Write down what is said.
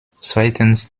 zweitens